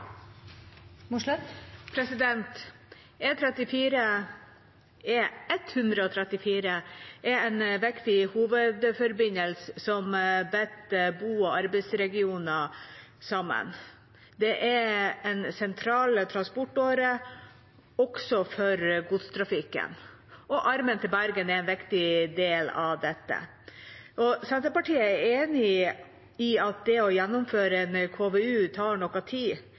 er en viktig hovedforbindelse som binder bo- og arbeidsregioner sammen. Det er en sentral transportåre også for godstrafikken, og armen til Bergen er en viktig del av dette. Senterpartiet er enig i at det å gjennomføre en KVU tar noe tid.